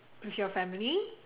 with your family